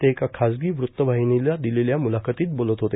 ते एका खासगी वृत्तावाहिनीला दिलेल्या म्लाखतीत बोलत होते